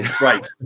Right